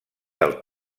del